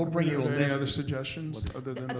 we'll bring you a list any other suggestions other than but